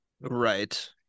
Right